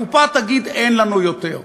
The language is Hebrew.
הקופה תגיד: אין לנו יותר.